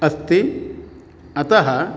अस्ति अतः